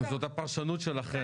זאת הפרשנות שלכם.